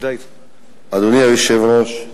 אדוני היושב-ראש,